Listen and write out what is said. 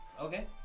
Okay